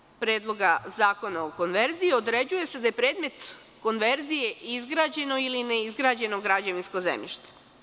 Članom 5. Predloga zakona o konverziji, određuje se da je predmet konverzije izgrađeno ili neizgrađeno građevinsko zemljište.